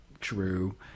true